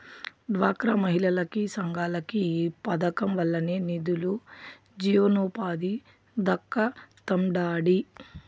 డ్వాక్రా మహిళలకి, సంఘాలకి ఈ పదకం వల్లనే నిదులు, జీవనోపాధి దక్కతండాడి